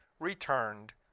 returned